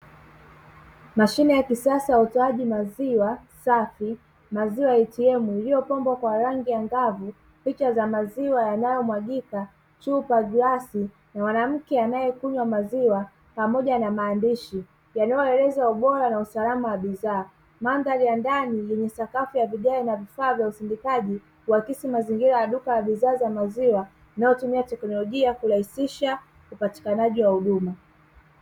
Mashine ya kisasa ya utoaji wa maziwa safi, maziwa ya "ATM" iliyopambwa kwa rangi angavu, picha za maziwa yanayomwagika, chupa, glasi, na mwanamke anayekunywa maziwa pamoja na maandishi yanayoeleza ubora na usalama wa bidhaa. Mandhari ya ndani ni sakafu ya vigae na vifaa vya usindikaji kuakisi mazingira ya duka ya bidhaa za maziwa linalotumia teknolojia kurahisisha upatikanaji wa huduma.